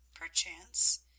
perchance